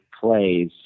plays